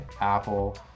Apple